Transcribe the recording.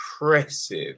impressive